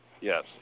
Yes